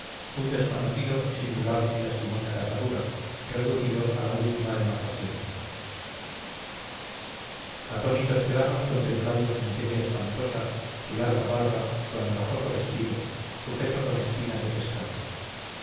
un desconocido de singular y lastimosa catadura reducido a la última demacración atónitos quedamos contemplando su miseria espantosa su larga barba su andrajoso vestido sujeto con espinas de pescado